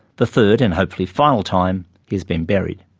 the third, and hopefully final time, he has been buried.